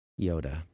Yoda